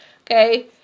okay